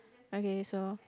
okay so